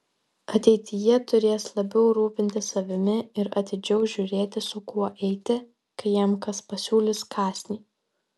ateityje turės labiau rūpintis savimi ir atidžiau žiūrėti su kuo eiti kai jam kas pasiūlys kąsnį